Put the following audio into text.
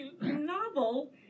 novel